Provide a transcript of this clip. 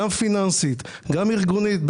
גם פיננסית וגם ארגונית,